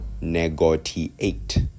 negotiate